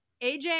AJ